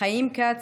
חיים כץ,